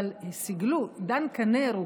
אבל הם סיגלו, דן כנר הוא